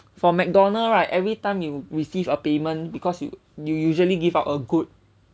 for mcdonald's right every time you receive a payment because you you you usually give out a good